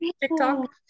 TikTok